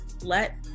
let